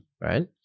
Right